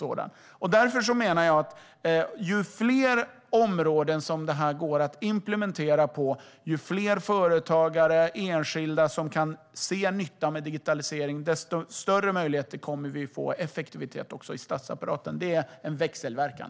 Jag menar därför att ju fler områden som detta kan implementeras på och ju fler företagare och enskilda som kan se nyttan med digitalisering desto större möjligheter till effektivitet kommer vi att få inom statsapparaten. Det är en växelverkan.